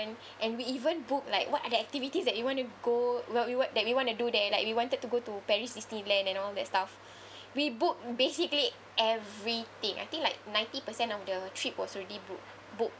and we even booked like what are the activities that we want to go w~ we what that we want to do there like we wanted to go to paris disneyland and all that stuff we booked basically everything I think like ninety percent of the trip was already boo~ booked